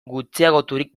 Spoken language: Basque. gutxiagoturik